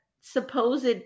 supposed